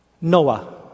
Noah